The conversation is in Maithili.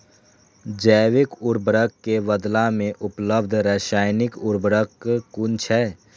जैविक उर्वरक के बदला में उपलब्ध रासायानिक उर्वरक कुन छै?